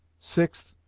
sixth,